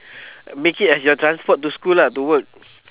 make it as your transport to school lah to work